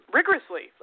rigorously